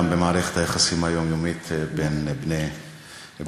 במערכת היחסים היומיומית בין בני-אנוש.